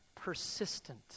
persistent